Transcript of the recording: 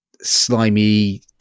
slimy